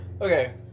Okay